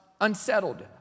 unsettled